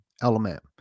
element